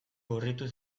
gorritu